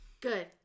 good